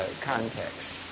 context